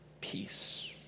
peace